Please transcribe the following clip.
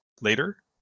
later